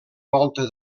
volta